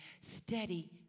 steady